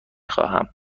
خواهم